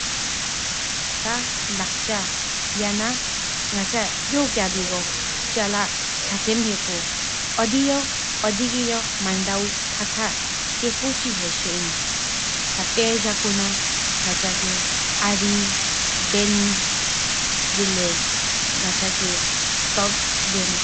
ཐ་ལག་ཅ་ཡན་ལ་ཡུལ་སྐྱ་པཻ་སྒོ་གོ་པི་ཆ་ལ་ཁ་ཐེང་ཧེ་པོ་ཨོ་དི་ཡ་ཨོ་དི་སྒོ་ཡ་མན་འདའ་ ཁ་ཁ་སྐེ་པོ་ཅི་ ཡེ་ཤ་ཨིན། ཐ་སྤེར་གདོག་ལྷ་མ་ལྗང་བྱ་ལྷ་བཀྐ་ལྷ་བ་ལྷང་ཐྱ་ལྷ་རྨ་དགདུ་ ལྗང་བྱ་ལྷ་སྟང་ཅི་ དགདུ་བཐ་ལཱ་ལྷ་འདི་ཨིན། ང་ཁ་གཡབ་ཨིན་ ལྗང་ཅ་སྟང་འདི་ཉིག་ངང་སི་གི་བཐའ་ཤཱ་ ལྷ་ནལ་བང་ཨི་ལྷ་ཁལ་ཧེ་ཧེ་དི་ཀནབ་གངཀ་སྐཇ་ཚེ་ཨེ་གཏིང།